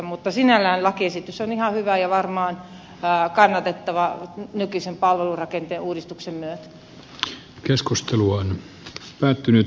mutta sinällään lakiesitys on ihan hyvä ja varmaan kannatettava nykyisen palvelurakenteen uudistuksen myötä